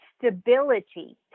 stability